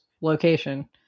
location